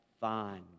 fine